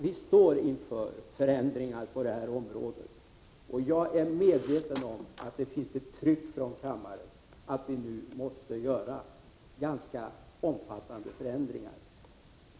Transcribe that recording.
Vi står inför förändringar på det här området, och jag är medveten om att det finns ett tryck från kammaren att vi nu måste göra ganska omfattande förändringar.